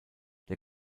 der